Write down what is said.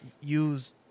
use